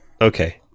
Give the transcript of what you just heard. Okay